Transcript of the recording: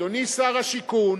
אדוני שר השיכון,